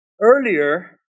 Earlier